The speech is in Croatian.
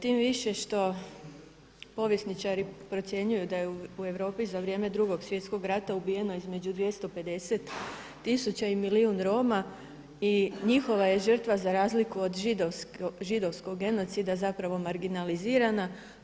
Tim više što povjesničari procjenjuju da je u Europi za vrijeme Drugog svjetskog rata ubijeno između 250 tisuća i milijun Roma i njihova je žrtva za razliku od židovskog genocida marginalizirana.